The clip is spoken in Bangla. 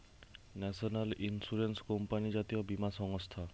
ন্যাশনাল ইন্সুরেন্স কোম্পানি জাতীয় বীমা সংস্থা